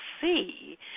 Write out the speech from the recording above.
see